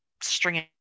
stringing